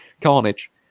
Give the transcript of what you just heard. carnage